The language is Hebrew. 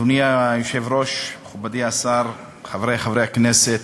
אדוני היושב-ראש, מכובדי השר, חברי חברי הכנסת,